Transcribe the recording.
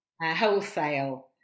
wholesale